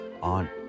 on